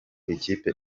ikipe